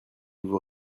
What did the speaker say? vous